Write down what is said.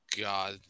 God